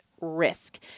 risk